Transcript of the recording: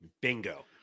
Bingo